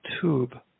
tube